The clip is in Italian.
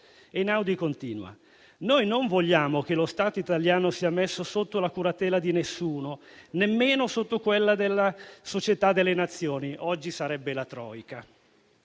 Einaudi continua: noi non vogliamo che lo Stato italiano sia messo sotto la curatela di nessuno, nemmeno sotto quella della Società delle nazioni (oggi sarebbe la *troika*)